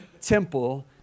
temple